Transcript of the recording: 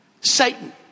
Satan